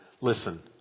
listen